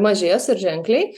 mažės ir ženkliai